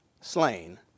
slain